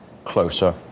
closer